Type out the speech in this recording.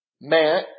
man